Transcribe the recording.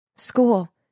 School